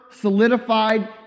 solidified